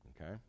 Okay